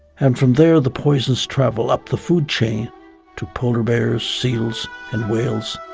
and from there the poisons travel up the food chain to polar bears, seals and whales,